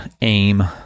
aim